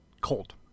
cold